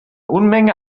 unmenge